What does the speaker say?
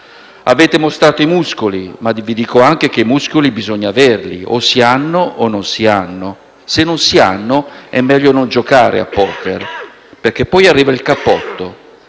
Avete mostrato i muscoli, ma io dico anche che i muscoli bisogna averli. O si hanno o non si hanno: se non si hanno, è meglio non giocare a *poker*, perché poi arriva il cappotto.